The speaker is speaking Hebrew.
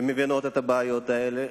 הן מבינות את הבעיות האלה,